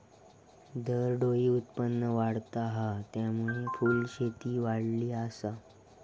दरडोई उत्पन्न वाढता हा, त्यामुळे फुलशेती वाढली आसा